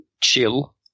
chill